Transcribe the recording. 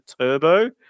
Turbo